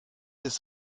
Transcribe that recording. ist